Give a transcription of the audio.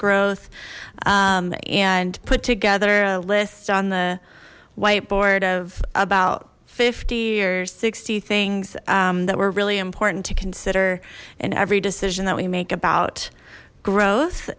growth and put together a list on the white board of about fifty or sixty things that were really important to consider in every decision that we make about gro